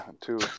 two